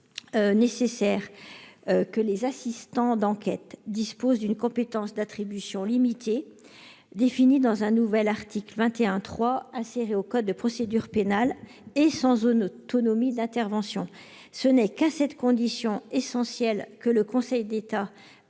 semble nécessaire que les assistants d'enquête disposent d'une compétence d'attribution limitée, définie dans un nouvel article 21-3 inséré au code de procédure pénale, et sans autonomie d'intervention. Ce n'est qu'à cette condition essentielle que le Conseil d'État a admis